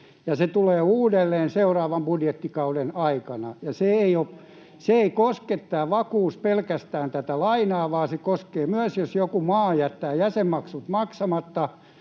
se tulee uudelleen seuraavan budjettikauden aikana. Ja tämä vakuus ei koske pelkästään tätä lainaa, vaan se koskee myös sitä, jos joku maa jättää jäsenmaksut maksamatta